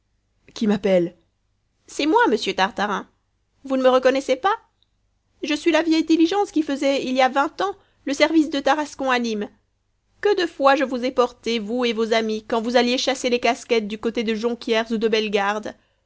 qui m'appelle c'est moi monsieur tartarin vous ne me reconnaissez pas je suis la vieille diligence qui faisait-il y a vingt ans le service de tarascon à nîmes que de fois je vous ai portés vous et vos amis quand vous alliez chasser les casquettes du côté de joncquières ou de bellegarde